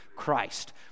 Christ